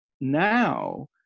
now